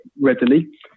readily